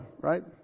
right